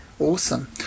Awesome